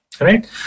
right